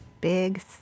Big